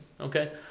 okay